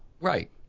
Right